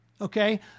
Okay